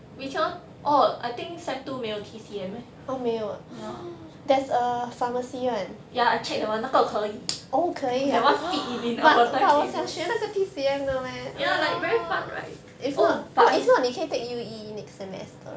we cannot orh I think sem two 没有 T_C_M eh ya ya I check that [one] 那个可以 that [one] fit in in our timetable ya like very fun right oh but I